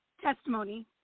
testimony